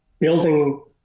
building